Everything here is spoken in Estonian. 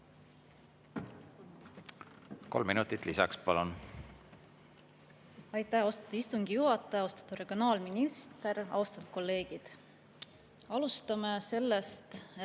Kolm minutit lisaks, palun!